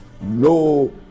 no